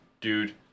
dude